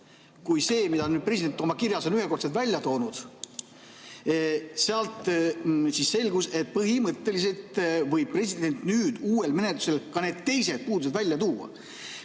kui see, mida president oma kirjas on ühekordsed välja toonud, ning selgus, et põhimõtteliselt võib president uuel menetlusel ka need teised puudused välja tuua.